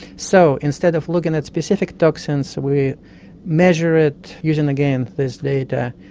so instead of looking at specific toxins, we measure it using, again, this data,